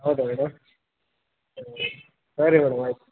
ಹೌದಾ ಮೇಡಮ್ ಸರಿ ಮೇಡಮ್ ಆಯ್ತು